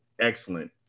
excellent